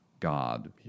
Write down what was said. God